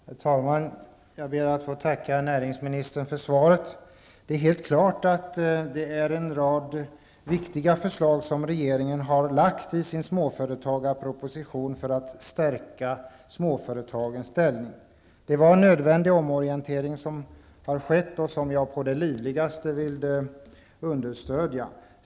Herr talman! Jag ber att få tacka näringsministern för svaret. Det är klart att regeringen nu lagt fram en rad viktiga förslag i sin småföretagarproposition för att stärka småföretagens ställning. Det var en nödvändig omorientering som har skett och som jag å det livligaste vill understödja.